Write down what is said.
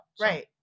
Right